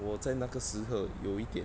我在那个时候有一点